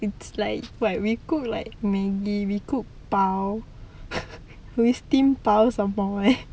it's like what we cook maggi we cook pau we steam pau some more leh